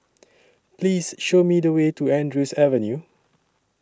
Please Show Me The Way to Andrews Avenue